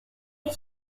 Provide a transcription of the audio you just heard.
qui